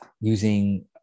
using